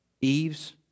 Eve's